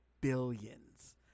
billions